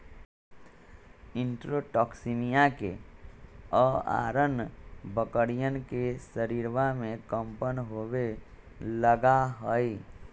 enterotoxaemia के अआरण बकरियन के शरीरवा में कम्पन होवे लगा हई